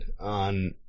on